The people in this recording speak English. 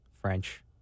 French